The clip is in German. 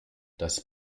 das